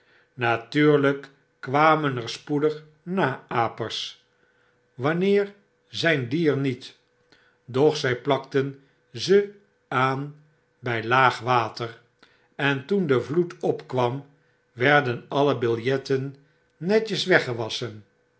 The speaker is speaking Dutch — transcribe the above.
kwamen er spoedig naapers wanneer zgn die er niet doch zfl plakten ze aan bij laag water en toen de vloed opkwam werden alle biljetten netjes